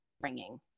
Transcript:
bringing